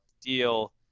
deal